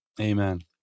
Amen